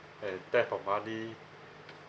and theft of money